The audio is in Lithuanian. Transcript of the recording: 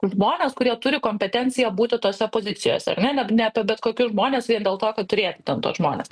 žmones kurie turi kompetenciją būti tose pozicijose ar ne ne ne apie bet kokius žmones vien dėl to kad turėti ten tuos žmones